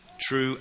true